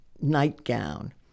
nightgown